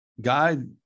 God